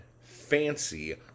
fancy